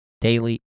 Daily